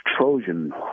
Trojan